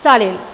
चालेल